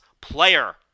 player